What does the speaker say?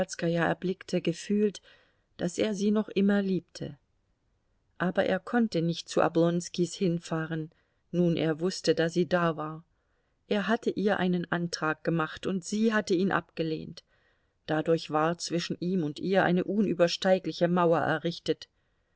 erblickte gefühlt daß er sie noch immer liebte aber er konnte nicht zu oblonskis hinfahren nun er wußte daß sie da war er hatte ihr einen antrag gemacht und sie hatte ihn abgelehnt dadurch war zwischen ihm und ihr eine unübersteigliche mauer errichtet